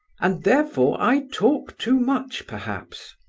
and therefore i talk too much, perhaps.